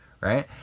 Right